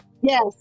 Yes